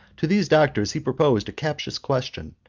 to these doctors he proposed a captious question,